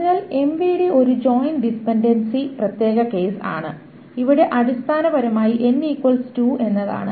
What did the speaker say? അതിനാൽ എംവിഡി ഒരു join dependency പ്രത്യേക കേസ് ആണ് ഇവിടെ അടിസ്ഥാനപരമായി n2 എന്നതാണ്